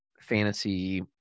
fantasy